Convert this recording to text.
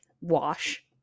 wash